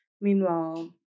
Meanwhile